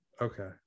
Okay